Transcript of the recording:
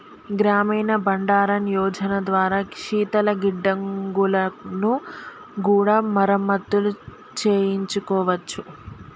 గ్రామీణ బండారన్ యోజన ద్వారా శీతల గిడ్డంగులను కూడా మరమత్తులు చేయించుకోవచ్చు